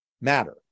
matter